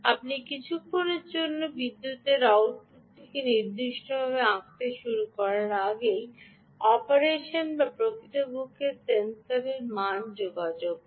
আপনি কিছুক্ষণের জন্য বিদ্যুতের আউটপুটটিকে নির্দিষ্টভাবে আঁকতে শুরু করার আগেই অপারেশন বা প্রকৃতপক্ষে সেন্সর মান যোগাযোগ করে